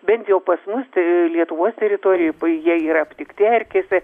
bent jau pas mus tai lietuvos teritorijoj p jie yra aptikti erkėse